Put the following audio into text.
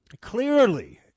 Clearly